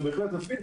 זה בהחלט מספיק.